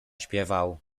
śpiewał